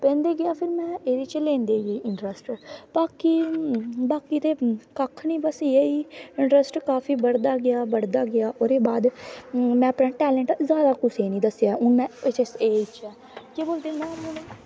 पैंदा गेआ फिर एह्दे च लैंदे गे इंट्रस्ट बाकी ते कक्ख नी एह् ई ऐ इंट्रस्ट काफी बड़दा गेआ बड़दा गेआ ओह्दे बाद में अपना टैलेंट जादा कुसे गी नी दस्सेआ हून में इस च ऐं केह् बोलदे